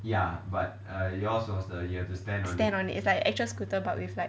stand on it it's like actual scooter but with like